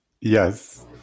Yes